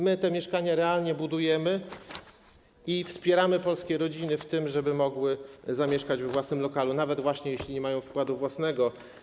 My te mieszkania realnie budujemy i wspieramy polskie rodziny w tym, żeby mogły zamieszkać we własnym lokalu, nawet jeśli nie mają wkładu własnego.